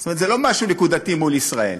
זאת אומרת, זה לא משהו נקודתי מול ישראל.